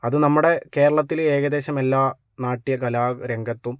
അത് നമ്മുടെ കേരളത്തില് ഏകദേശം എല്ലാ നാട്യ കലാരംഗത്തും